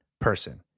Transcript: person